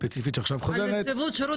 ספציפית שעכשיו חוזרת --- על נציבות שירות